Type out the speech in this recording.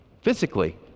physically